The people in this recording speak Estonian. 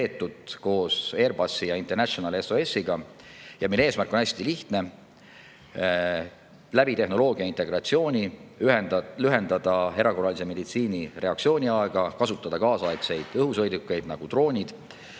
veetud koos Airbus [Helicoptersi] ja International SOS-iga. Selle eesmärk on hästi lihtne: tehnoloogia integratsiooni abil lühendada erakorralise meditsiini reaktsiooniaega; kasutada kaasaegseid õhusõidukeid, nagu droonid;